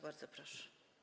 Bardzo proszę.